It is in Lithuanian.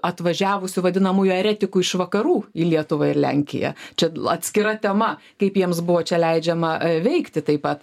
atvažiavusių vadinamųjų eretikų iš vakarų į lietuvą ir lenkiją čia atskira tema kaip jiems buvo čia leidžiama veikti taip pat